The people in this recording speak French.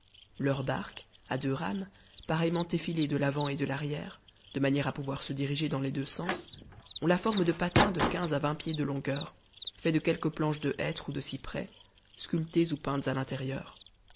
leurs barques à deux rames pareillement effilées de l'avant et de l'arrière de manière à pouvoir se diriger dans les deux sens ont la forme de patins de quinze à vingt pieds de longueur faits de quelques planches de hêtre ou de cyprès sculptées ou peintes à l'intérieur